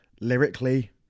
Lyrically